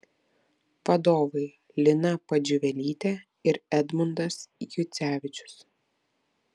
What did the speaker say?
vadovai lina pudžiuvelytė ir edmundas jucevičius